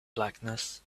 blackness